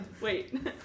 wait